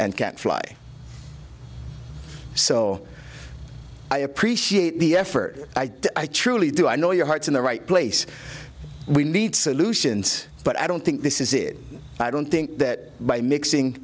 and can't fly so i appreciate the effort i truly do i know your heart's in the right place we need solutions but i don't think this is it i don't think that by mixing